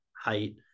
height